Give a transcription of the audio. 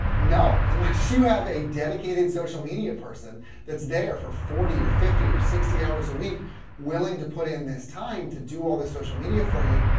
no, unless you have a dedicated social media person that's there for forty or fifty or sixty hours a week willing to put in this time to do all this social media for you.